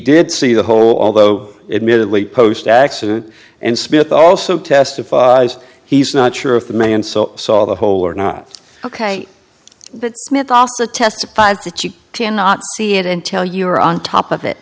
did see the whole although admittedly post accident and smith also testifies he's not sure if the man so saw the hole or not ok but smith also testified that you cannot see it until you're on top of it